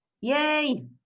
Yay